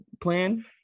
plan